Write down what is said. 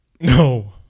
No